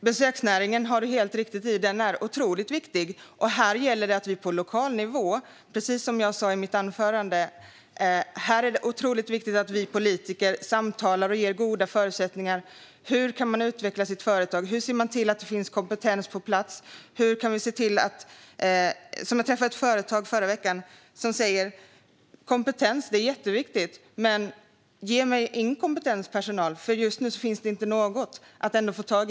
Fru talman! Det är riktigt att besöksnäringen är viktig, och precis som jag sa i mitt anförande är det viktigt att politiker på lokal nivå samtalar och ger goda förutsättningar så att företag kan utvecklas och få kompetens på plats. Jag träffade en företagare i förra veckan som sa: Kompetens är jätteviktigt. Men just nu finns ingen att få tag i, så ge mig inkompetent personal.